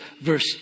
verse